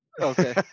Okay